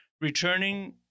returning